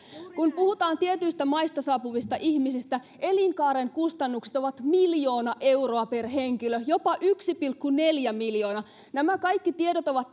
kun puhutaan tietyistä maista saapuvista ihmisistä elinkaaren kustannukset ovat miljoona euroa per henkilö jopa yksi pilkku neljä miljoonaa nämä kaikki tiedot ovat